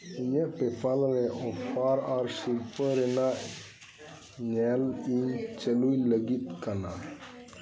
ᱤᱧᱟᱹᱜ ᱯᱮᱯᱟᱞ ᱨᱮ ᱚᱯᱷᱟᱨ ᱟᱨ ᱥᱤᱨᱯᱟᱹ ᱨᱮᱱᱟᱜ ᱧᱮᱞ ᱤᱧ ᱪᱟᱹᱞᱩᱭ ᱞᱟᱹᱜᱤᱫ ᱠᱟᱱᱟ